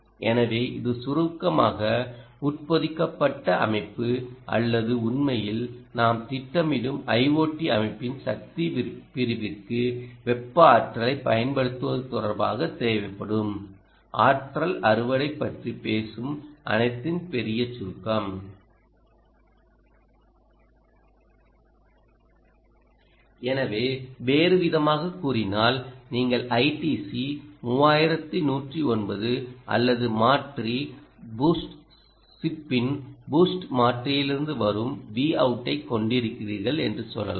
எனவே இது சுருக்கமாக உட்பொதிக்கப்பட்ட அமைப்பு அல்லது உண்மையில் நாம் திட்டமிடும் ஐஓடி அமைப்பின் சக்தி பிரிவுக்கு வெப்ப ஆற்றலைப் பயன்படுத்துவது தொடர்பாக தேவைப்படும் ஆற்றல் அறுவடை பற்றி பேசும் அனைத்தின் பெரிய சுருக்கம் எனவே வேறுவிதமாகக் கூறினால் நீங்கள் ஐடிசி 3109 அல்லது மாற்றி பூஸ்ட் சிப்பின் பூஸ்ட் மாற்றியிலிருந்து வரும் Vout ஐக் கொண்டிருக்கிறீர்கள் என்று சொல்லலாம்